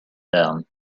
down